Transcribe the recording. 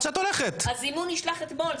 הזימון נשלח אתמול.